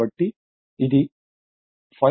కాబట్టి ఇది 515 2 0